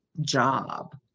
job